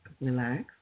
relax